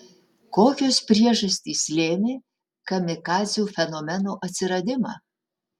kokios priežastys lėmė kamikadzių fenomeno atsiradimą